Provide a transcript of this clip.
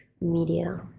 media